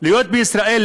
להיות בישראל,